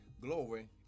glory